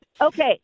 Okay